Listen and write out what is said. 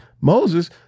Moses